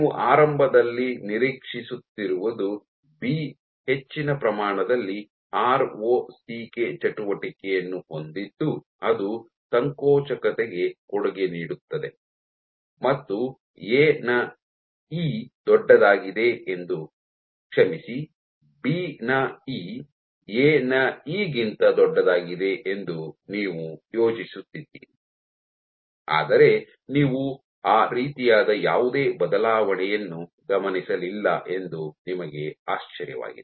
ನೀವು ಆರಂಭದಲ್ಲಿ ನಿರೀಕ್ಷಿಸುತ್ತಿರುವುದು ಬಿ ಹೆಚ್ಚಿನ ಪ್ರಮಾಣದಲ್ಲಿ ಆರ್ ಒ ಸಿ ಕೆ ಚಟುವಟಿಕೆಯನ್ನು ಹೊಂದಿದ್ದು ಅದು ಸಂಕೋಚಕತೆಗೆ ಕೊಡುಗೆ ನೀಡುತ್ತದೆ ಮತ್ತು ಎ ನ ಇ ದೊಡ್ಡದಾಗಿದೆ ಎಂದು ಕ್ಷಮಿಸಿ ಬಿ ನ ಇ ಎ ನ ಇ ಗಿಂತ ದೊಡ್ಡದಾಗಿದೆ ಎಂದು ನೀವು ಯೋಚಿಸುತ್ತಿದ್ದೀರಿ ಆದರೆ ನೀವು ಆ ರೀತಿಯಾದ ಯಾವುದೇ ಬದಲಾವಣೆಯನ್ನು ಗಮನಿಸಲಿಲ್ಲ ಎಂದು ನಿಮಗೆ ಆಶ್ಚರ್ಯವಾಗಿದೆ